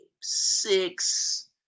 six